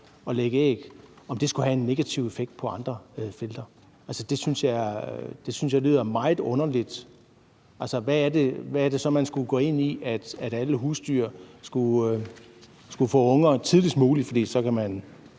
at lægge æg – om det skulle have en negativ effekt på andre felter. Det synes jeg lyder meget underligt. Altså, hvad er det så, man skulle gå ind i? Er det, at alle husdyr skal have unger tidligst muligt,